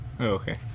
okay